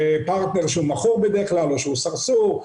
פרטנר שהוא מכור בדרך כלל או שהוא סרסור,